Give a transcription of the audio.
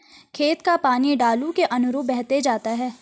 खेत का पानी ढालू के अनुरूप बहते जाता है